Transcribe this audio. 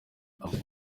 agira